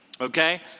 Okay